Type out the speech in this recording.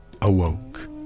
awoke